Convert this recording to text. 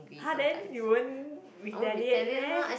!huh! then you won't retaliate meh